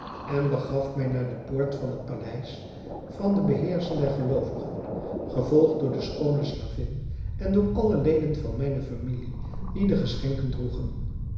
en begaf mij naar de poort van het paleis van den beheerscher der geloovigen gevolgd door de schoone slavin en door alle leden van mijne familie die de geschenken droegen